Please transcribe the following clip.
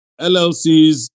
LLCs